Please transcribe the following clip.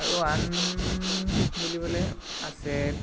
আৰু আন বুলিবলৈ আছে